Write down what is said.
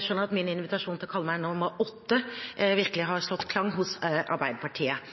skjønner at min invitasjon til å kalle meg «nummer åtte» virkelig har